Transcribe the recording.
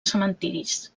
cementiris